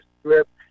script